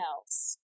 else